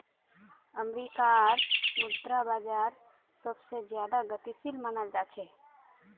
अमरीकार मुद्रा बाजार सबसे ज्यादा गतिशील मनाल जा छे